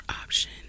option